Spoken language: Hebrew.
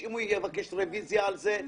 אם הוא יבקש רביזיה על זה,